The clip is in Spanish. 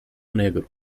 negro